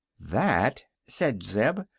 that, said zeb,